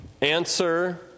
answer